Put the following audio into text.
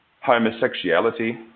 homosexuality